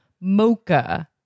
mocha